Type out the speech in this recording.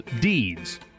deeds